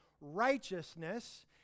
Righteousness